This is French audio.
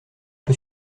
peu